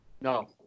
No